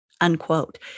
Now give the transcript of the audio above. unquote